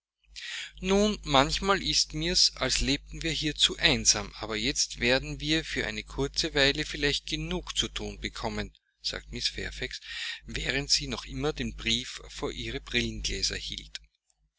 nun manchmal ist mir's als lebten wir hier zu einsam aber jetzt werden wir für eine kurze weile vielleicht genug zu thun bekommen sagte mrs fairfax während sie noch immer den brief vor ihre brillengläser hielt